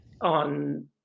on